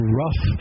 rough